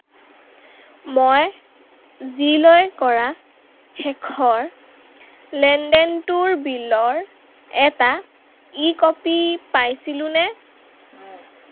মই জি লৈ কৰা শেষৰ লেনদেনটোৰ বিলৰ এটা ই কপি পাইছিলোঁনে